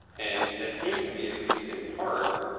and it seems to be, at least in part,